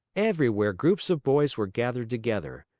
everywhere groups of boys were gathered together.